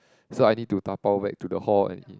so I need to dabao back to the hall and eat